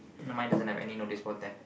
no mine doesn't have any notice board there